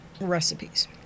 recipes